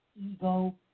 ego